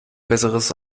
besseres